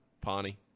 Pawnee